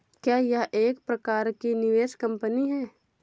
क्या यह एक प्रकार की निवेश कंपनी है?